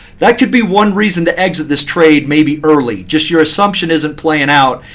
that could be one reason to exit this trade maybe early just your assumption isn't playing out,